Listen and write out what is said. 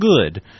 good